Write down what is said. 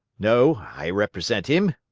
no, i represent him,